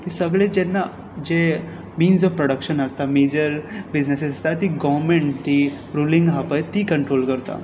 की सगळे जेन्ना जे मिन्स ऑफ प्रॉडक्शन आसता मेजर बिजनसीस आसता ती गॉमँट ती रुलींग आसा पळय ती कंट्रोल करता